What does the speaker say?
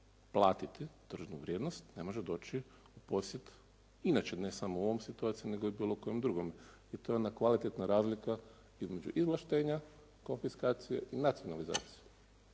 platiti tržnu vrijednost ne može doći u posjed inače ne samo u ovoj situaciji nego i u bilo kojoj drugoj i to je ona kvalitetna razlika između izvlaštenja konfiskacije i nacionalizacije,